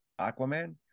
Aquaman